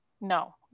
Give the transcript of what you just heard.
no